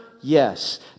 Yes